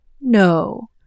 no